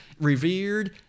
revered